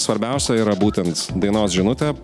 svarbiausia yra būtent dainos žinutė